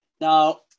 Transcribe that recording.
now